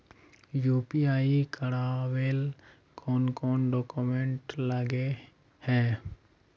UPI कर करावेल कौन कौन डॉक्यूमेंट लगे है?